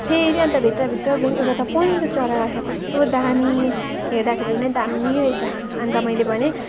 फेरि अन्त भित्रभित्र गयौँ एउटा त पहेँलो चरा रहेछ कस्तो दामी हेर्दाखेरि नै दामी रहेछ अन्त मैले भनेँ